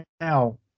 Now